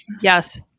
yes